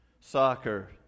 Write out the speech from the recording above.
Soccer